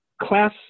class